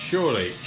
Surely